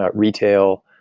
but retail,